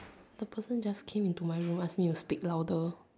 the person just came into my room ask me to speak louder